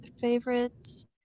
favorites